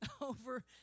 over